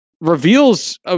reveals